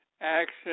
action